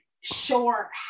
sure